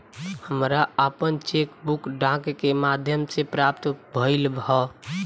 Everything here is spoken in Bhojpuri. हमरा आपन चेक बुक डाक के माध्यम से प्राप्त भइल ह